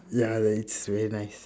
ya it's very nice